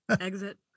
exit